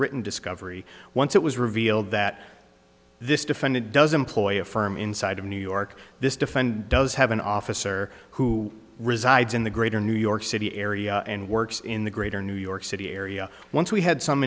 written discovery once it was revealed that this defendant does employ a firm inside of new york this defendant does have an officer who resides in the greater new york city area and works in the greater new york city area once we had some